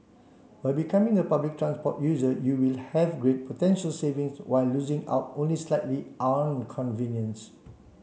by becoming a public transport user you will have great potential savings while losing out only slightly on convenience